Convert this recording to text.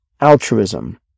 Altruism